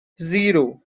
zero